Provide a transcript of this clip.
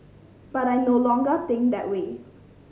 but I no longer think that way